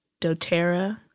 DoTerra